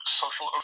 social